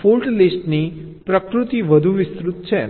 fault લિસ્ટની પ્રકૃતિ વધુ વિસ્તૃત છે